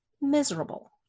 miserable